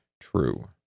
true